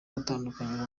gutandukanya